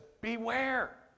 beware